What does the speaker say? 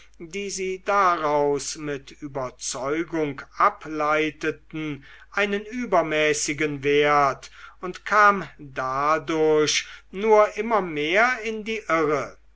die sie daraus mit überzeugung ableiteten einen übermäßigen wert und kam dadurch nur immer mehr in die irre